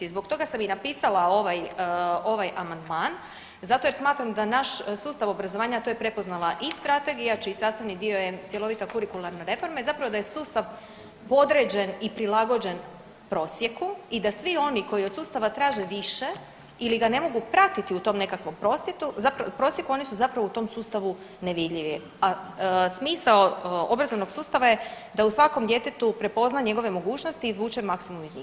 I zbog toga sam i napisala ovaj, ovaj amandman zato jer smatram da naš sustav obrazovanja, a to je prepoznala i strategija čiji sastavni dio je cjelovita kurikularna reforma i zapravo da je sustav podređen i prilagođen prosjeku i da svi oni koji od sustava traže više ili ga ne mogu pratiti u tom nekakvom prosjeku oni su zapravo u tom sustavu nevidljivi, a smisao obrazovnog sustava je da u svakom djetetu prepozna njegove mogućnosti i izvuče maksimum iz njih.